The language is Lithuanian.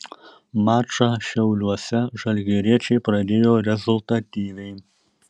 mačą šiauliuose žalgiriečiai pradėjo rezultatyviai